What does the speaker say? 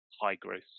high-growth